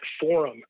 Forum